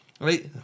Right